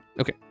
Okay